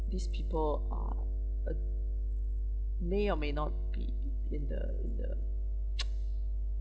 these people are ah may or may not be in the in the